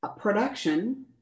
production